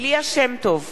ליה שמטוב,